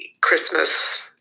Christmas